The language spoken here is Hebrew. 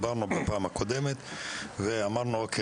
בפעם הקודמת דיברנו ואמרנו: אוקיי,